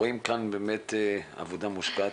רואים כאן באמת עבודה מושקעת.